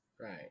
Right